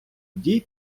дій